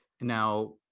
now